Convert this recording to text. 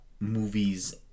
movies